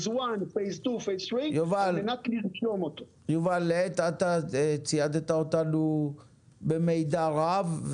לעת עתה ציידת אותנו במידע רב,